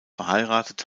verheiratet